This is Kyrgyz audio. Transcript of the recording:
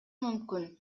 мүмкүн